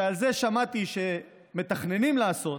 שאת זה שמעתי שמתכננים לעשות,